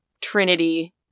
trinity